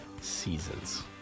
seasons